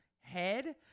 head